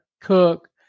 Cook